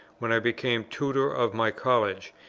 when i became tutor of my college,